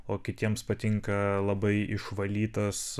o kitiems patinka labai išvalytas